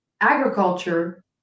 Agriculture